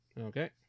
Okay